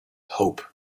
hope